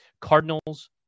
cardinals